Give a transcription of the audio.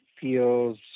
feels